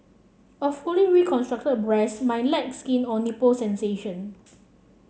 a fully reconstructed breast might lack skin or nipple sensation